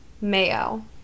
mayo